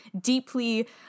deeply